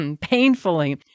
painfully